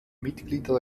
mitglieder